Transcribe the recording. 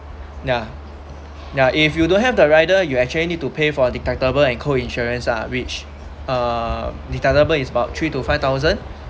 yeah yeah if you don't have the rider you actually need to pay for deductibles and co insurance ah which uh deductible is about three to five thousand